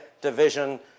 division